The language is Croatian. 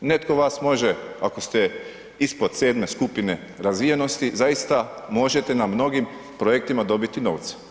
Netko vas može ako ste ispod 7.-me skupine razvijenosti zaista možete na mnogim projektima dobiti novce.